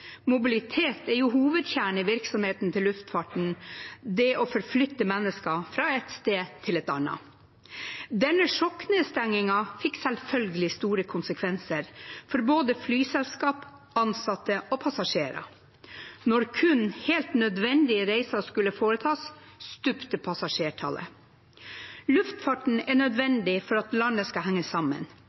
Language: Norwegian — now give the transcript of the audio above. forflytte mennesker fra ett sted til et annet. Denne sjokknedstengingen fikk selvfølgelig store konsekvenser for både flyselskap, ansatte og passasjerer. Når kun helt nødvendige reiser skulle foretas, stupte passasjertallet. Luftfarten er nødvendig for at landet skal henge sammen.